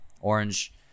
Orange